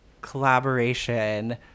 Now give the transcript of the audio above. collaboration